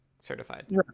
certified